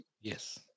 Yes